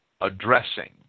addressing